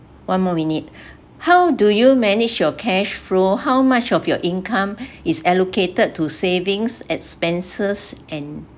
one more minute how do you manage your cash flow how much of your income is allocated to savings expenses and